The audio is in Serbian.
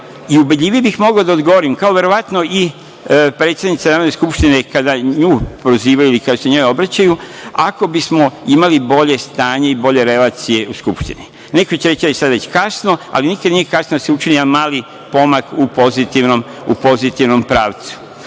i ubedljivije bih mogao da odgovorim, kao verovatno i predsednica Narodne skupštine kada nju prozivaju ili kada se njoj obraćaju, ako bi smo imali bolje stanje i bolje relacije u Skupštini. Neko će reći da je sada već kasno, ali nikada nije kasno da se učini jedan mali pomak u pozitivnom pravcu. Dakle,